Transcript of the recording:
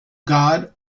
god